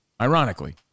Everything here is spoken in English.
ironically